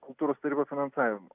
kultūros tarybos finansavimo